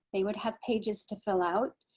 they would have pages to fill out.